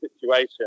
situation